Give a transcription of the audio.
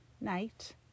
night